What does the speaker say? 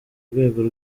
urwego